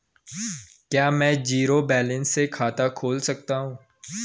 क्या में zero balance से भी खाता खोल सकता हूँ?